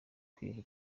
kwiha